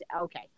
Okay